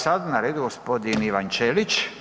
Sada je na redu gospodin Ivan Ćelić.